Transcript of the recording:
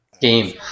Game